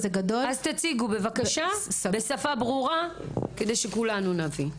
אז תציגו בבקשה בשפה ברורה כדי שכולנו נבין.